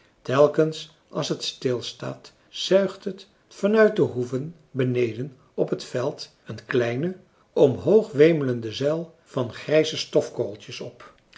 telkens als het stilstaat zuigt het van uit de hoeven beneden op het veld een kleine omhoog wemelende zuil van grijze stofkorreltjes op